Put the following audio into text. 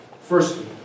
Firstly